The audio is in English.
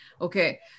Okay